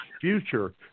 future